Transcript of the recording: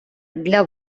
для